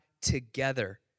together